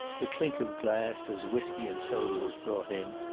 the clink of glass as whiskey-and-soda was brought in,